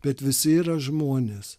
bet visi yra žmonės